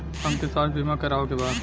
हमके स्वास्थ्य बीमा करावे के बा?